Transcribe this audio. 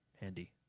handy